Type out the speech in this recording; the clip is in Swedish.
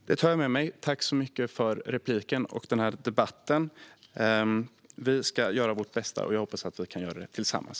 Herr talman! Det tar jag med mig. Jag tackar så mycket för repliken och denna debatt. Vi ska göra vårt bästa, och jag hoppas att vi kan göra det tillsammans.